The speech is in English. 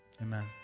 Amen